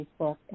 Facebook